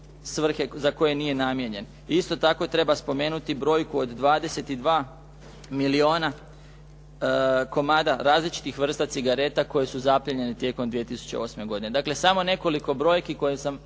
svrhe za koje nije namijenjen. Isto tako treba spomenuti brojku od 22 milijuna komada različitih vrsta cigareta koje su zaplijenjene tijekom 2008. godine. dakle, samo nekoliko brojki kojima sam